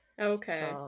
Okay